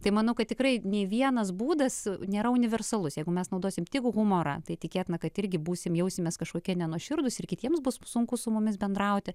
tai manau kad tikrai nei vienas būdas nėra universalus jeigu mes naudosim tik humorą tai tikėtina kad irgi būsim jausimės kažkokie nenuoširdūs ir kitiems bus sunku su mumis bendrauti